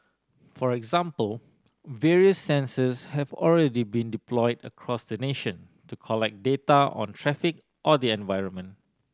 for example various sensors have already been deployed across the nation to collect data on traffic or the environment